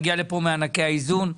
מגיע לפה מענקי האיזון.